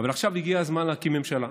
אבל עכשיו הגיע הזמן להקים ממשלה,